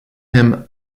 him